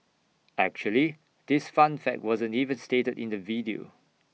actually this fun fact wasn't even stated in the video